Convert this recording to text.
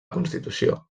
constitució